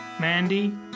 Mandy